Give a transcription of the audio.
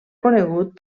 conegut